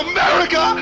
America